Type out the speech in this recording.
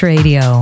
Radio